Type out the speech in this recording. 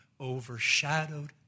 overshadowed